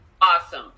Awesome